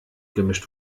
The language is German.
gemischt